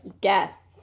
guests